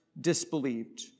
disbelieved